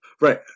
right